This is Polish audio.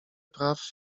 praw